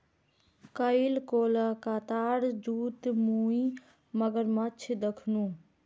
कईल कोलकातार जूत मुई मगरमच्छ दखनू